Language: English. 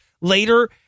later